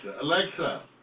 Alexa